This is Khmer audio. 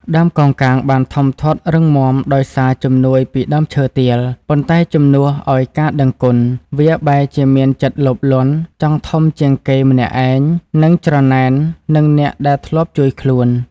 ដើមកោងកាងបានធំធាត់រឹងមាំដោយសារជំនួយពីដើមឈើទាល ប៉ុន្តែជំនួសឲ្យការដឹងគុណ វាបែរជាមានចិត្តលោភលន់ចង់ធំជាងគេម្នាក់ឯង និងច្រណែននឹងអ្នកដែលធ្លាប់ជួយខ្លួន។